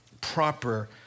proper